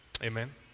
Amen